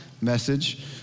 message